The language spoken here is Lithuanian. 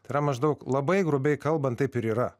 tai yra maždaug labai grubiai kalbant taip ir yra